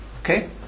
Okay